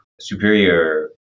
superior